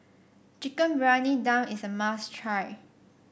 Chicken Briyani Dum is a must try